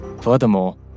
Furthermore